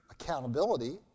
accountability